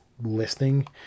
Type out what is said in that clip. Listing